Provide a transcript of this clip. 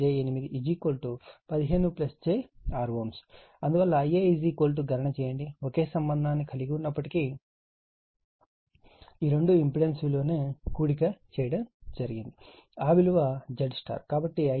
అందువల్ల Ia గణన చేయండి ఒకే సంబంధాన్ని కలిగి ఉన్నప్పటికీ ఈ రెండు ఇంపెడెన్స్ విలువలను కూడిక చేయడం జరిగింది ఆ విలువ ZΥ